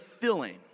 filling